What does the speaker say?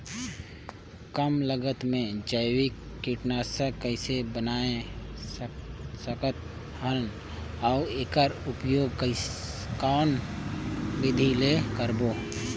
कम लागत मे जैविक कीटनाशक कइसे बनाय सकत हन अउ एकर उपयोग कौन विधि ले करबो?